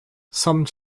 some